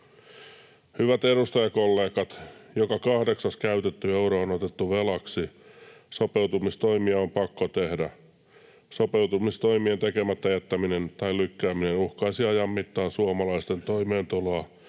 Hyvät edustajakollegat, joka kahdeksas käytetty euro on otettu velaksi. Sopeutumistoimia on pakko tehdä. Sopeutumistoimien tekemättä jättäminen tai lykkääminen uhkaisi ajan mittaan suomalaisten toimeentuloa